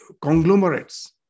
conglomerates